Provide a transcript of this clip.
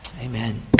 Amen